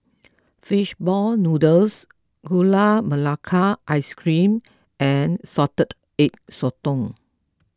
Fishball Noodles Gula Melaka Ice Cream and Salted Egg Sotong